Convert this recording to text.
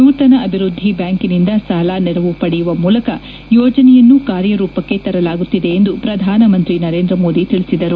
ನೂತನ ಅಭಿವೃದ್ದಿ ಬ್ಯಾಂಕಿನಿಂದ ಸಾಲ ನೆರವು ಪಡೆಯುವ ಮೂಲಕ ಯೋಜನೆಯನ್ನು ಕಾರ್ಯರೂಪಕ್ಕೆ ತರಲಾಗುತ್ತಿದೆ ಎಂದು ಪ್ರಧಾನಮಂತ್ರಿ ಮೋದಿ ತಿಳಿಸಿದರು